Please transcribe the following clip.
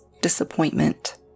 Disappointment